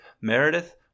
Meredith